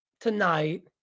tonight